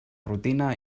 rutina